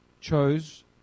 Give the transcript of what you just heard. chose